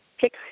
pick